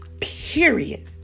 period